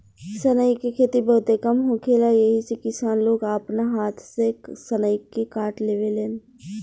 सनई के खेती बहुते कम होखेला एही से किसान लोग आपना हाथ से सनई के काट लेवेलेन